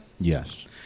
Yes